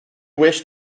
wish